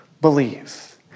believe